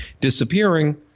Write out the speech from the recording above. disappearing